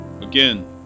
Again